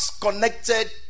connected